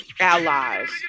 allies